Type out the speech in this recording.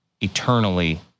eternally